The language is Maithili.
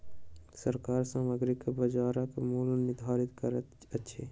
सरकार सामग्री के बजारक मूल्य निर्धारित करैत अछि